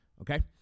Okay